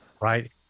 right